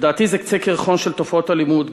לדעתי זה קצה קרחון של תופעות אלימות,